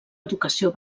educació